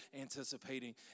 anticipating